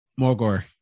Morgor